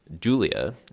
Julia